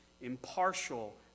impartial